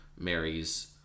marries